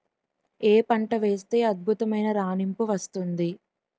ఏ పంట వేస్తే అద్భుతమైన రాణింపు వస్తుంది?